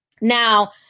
Now